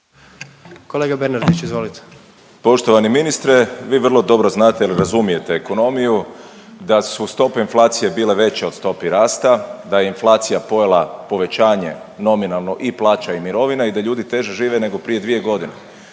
(Socijaldemokrati)** Poštovani ministre vi vrlo dobro znate jer razumijete ekonomiju da su stope inflacije bile veće od stopi rasta, da je inflacija pojela povećanje nominalno i plaća i mirovina i da ljudi teže žive nego prije 2 godine.